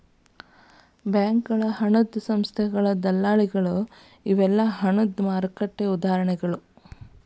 ಬ್ಯಾಂಕಗಳ ಹಣದ ಸಂಸ್ಥೆಗಳ ದಲ್ಲಾಳಿಗಳ ಇವೆಲ್ಲಾ ಹಣದ ಮಾರುಕಟ್ಟೆಗೆ ಉದಾಹರಣಿಗಳ